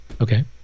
Okay